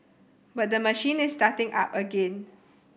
but the machine is starting up again